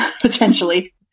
potentially